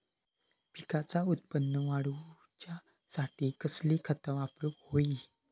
पिकाचा उत्पन वाढवूच्यासाठी कसली खता वापरूक होई?